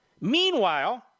Meanwhile